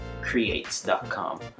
creates.com